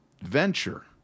venture